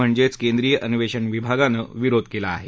म्हणजेच केंद्रीय अन्वेषण विभागानं विरोध केला आहे